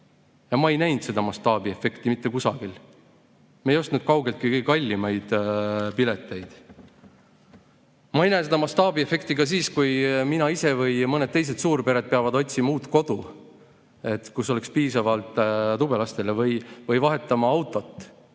ja ma ei näinud seda mastaabiefekti mitte kusagil. Me ei ostnud kaugeltki kõige kallimaid pileteid. Ma ei näe seda mastaabiefekti ka siis, kui mina ise või mõned teised suurpered peavad otsima uut kodu, kus oleks piisavalt tube lastele, või vahetama autot.